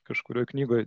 kažkurioj knygoj